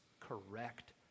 Correct